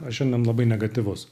aš šiandien labai negatyvus